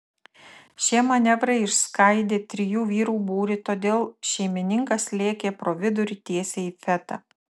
šie manevrai išskaidė trijų vyrų būrį todėl šeimininkas lėkė pro vidurį tiesiai į fetą